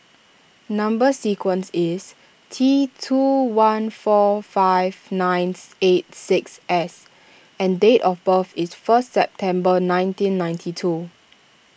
Number Sequence is T two one four five ninth eight six S and date of birth is first September nineteen ninety two